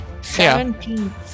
Seventeen